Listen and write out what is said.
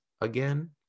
again